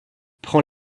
prend